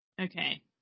Okay